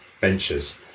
Ventures